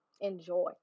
enjoy